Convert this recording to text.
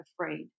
afraid